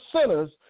sinners